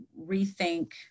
rethink